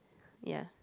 ya